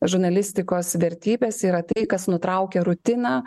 žurnalistikos vertybės yra tai kas nutraukia rutiną